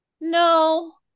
No